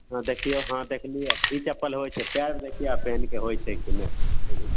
हँ देखियौ हँ देखलिए ई चप्पल होइत छै पैर देखियौ आब पहनिके होइत छै कि नहि